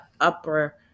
upper